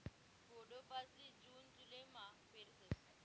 कोडो बाजरी जून जुलैमा पेरतस